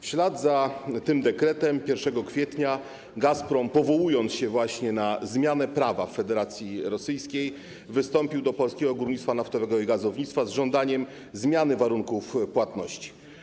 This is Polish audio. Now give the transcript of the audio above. W ślad za tym dekretem 1 kwietnia Gazprom, powołując się właśnie na zmianę prawa w Federacji Rosyjskiej, wystąpił do Polskiego Górnictwa Naftowego i Gazownictwa z żądaniem zmiany warunków płatności.